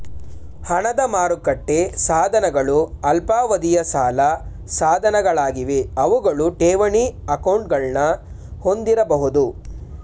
ಹಣದ ಮಾರುಕಟ್ಟೆ ಸಾಧನಗಳು ಅಲ್ಪಾವಧಿಯ ಸಾಲ ಸಾಧನಗಳಾಗಿವೆ ಅವುಗಳು ಠೇವಣಿ ಅಕೌಂಟ್ಗಳನ್ನ ಹೊಂದಿರಬಹುದು